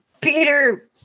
Peter